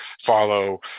follow